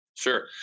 Sure